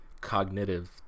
cognitive